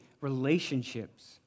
relationships